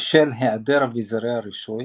בשל העדר אביזרי הרישוי,